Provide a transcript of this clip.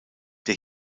der